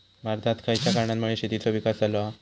भारतात खयच्या कारणांमुळे शेतीचो विकास झालो हा?